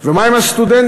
ומה עם הסטודנטים?